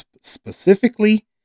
specifically